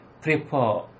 prefer